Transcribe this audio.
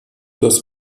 dass